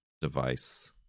device